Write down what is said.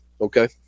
Okay